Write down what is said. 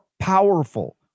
Powerful